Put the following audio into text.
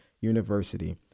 University